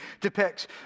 depicts